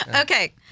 Okay